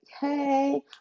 Hey